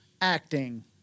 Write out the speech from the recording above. acting